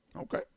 Okay